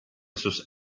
sus